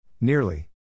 Nearly